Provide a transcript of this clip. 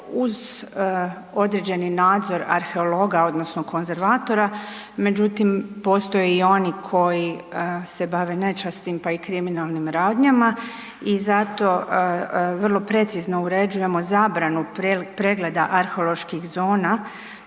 uz određeni nadzor arheologa odnosno konzervatora. Međutim, postoje i oni koji se bave nečasnim, pa i kriminalnim radnjama i zato vrlo precizno uređujemo zabranu pregleda arheoloških zona